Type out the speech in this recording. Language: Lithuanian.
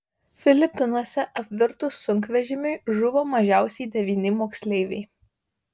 filipinuose apvirtus sunkvežimiui žuvo mažiausiai devyni moksleiviai